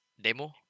demo